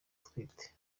atwite